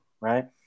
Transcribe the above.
Right